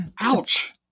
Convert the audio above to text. ouch